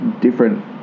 different